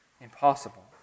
impossible